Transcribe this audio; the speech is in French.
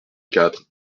quatre